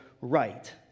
right